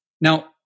Now